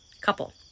couple